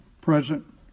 present